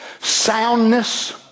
soundness